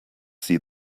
see